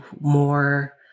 more